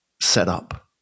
setup